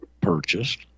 purchased